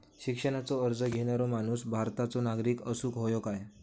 शिक्षणाचो कर्ज घेणारो माणूस भारताचो नागरिक असूक हवो काय?